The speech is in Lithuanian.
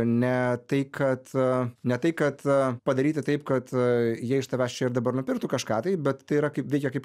ne tai kad ne tai kad padaryti taip kad jie iš tavęs čia ir dabar nupirktų kažką tai bet tai yra kaip veikia kaip